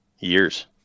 Years